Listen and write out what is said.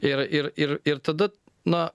ir ir ir ir tada na